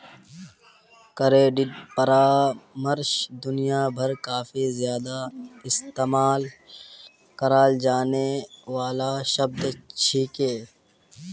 credit परामर्श दुनिया भरत काफी ज्यादा इस्तेमाल कराल जाने वाला शब्द छिके